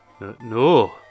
No